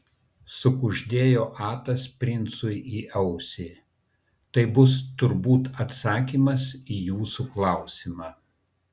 sukuždėjo atas princui į ausį tai bus turbūt atsakymas į jūsų klausimą